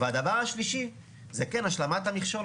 והדבר השלישי, זה כן השלמת המכשול.